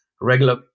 regular